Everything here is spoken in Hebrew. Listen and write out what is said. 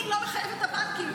אני לא מחייבת את הבנקים,